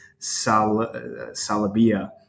Salabia